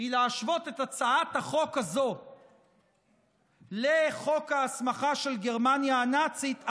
היא להשוות את הצעת החוק הזאת לחוק ההסמכה של גרמניה הנאצית,